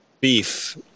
beef